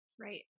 Right